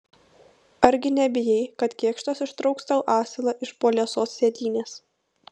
argi nebijai kad kėkštas ištrauks tau asilą iš po liesos sėdynės